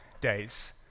days